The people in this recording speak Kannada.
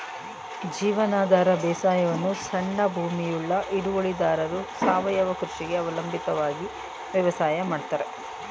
ಜೀವನಾಧಾರ ಬೇಸಾಯವನ್ನು ಸಣ್ಣ ಭೂಮಿಯುಳ್ಳ ಹಿಡುವಳಿದಾರರು ಸಾವಯವ ಕೃಷಿಗೆ ಅವಲಂಬಿತವಾಗಿ ವ್ಯವಸಾಯ ಮಾಡ್ತರೆ